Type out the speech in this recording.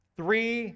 three